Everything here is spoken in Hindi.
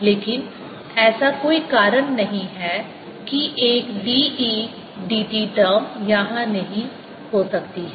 लेकिन ऐसा कोई कारण नहीं है कि एक dE dt टर्म यहां नहीं हो सकती है